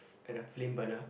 at the flame burner